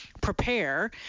prepare